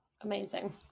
amazing